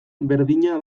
berdina